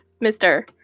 mister